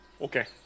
Okay